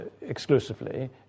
exclusively